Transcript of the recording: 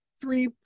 three